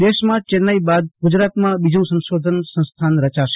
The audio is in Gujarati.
દેશમાં ચેન્નાઈ બાદ ગુજરાતમાં બીજુ સંશોધન સંસ્થાન રચાશે